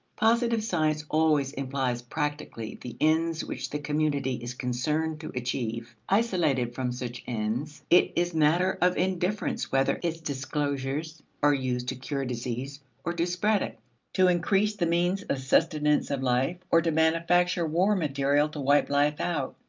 positive science always implies practically the ends which the community is concerned to achieve. isolated from such ends, it is matter of indifference whether its disclosures are used to cure disease or to spread it to increase the means of sustenance of life or to manufacture war material to wipe life out.